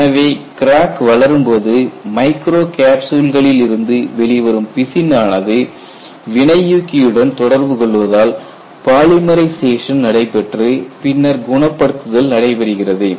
எனவே கிராக் வளரும்போது மைக்ரோ கேப்சூல்களிலிருந்து வெளிவரும் பிசின் ஆனது வினையூக்கி உடன் தொடர்பு கொள்வதால் பாலிமரைசேஷன் நடைபெற்று பின்னர் குணப்படுத்துதல் நடைபெறுகிறது